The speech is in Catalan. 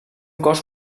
cos